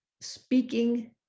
speaking